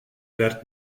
werd